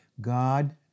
God